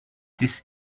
this